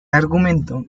argumento